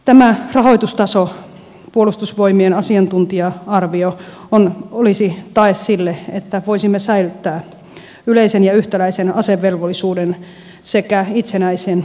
tämä rahoitustaso puolustusvoimien asiantuntija arvion mukainen olisi tae sille että voisimme säilyttää yleisen ja yhtäläisen asevelvollisuuden sekä itsenäisen alueellisen maanpuolustuksen